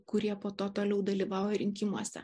kurie po to toliau dalyvauja rinkimuose